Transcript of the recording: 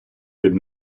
під